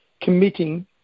committing